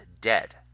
dead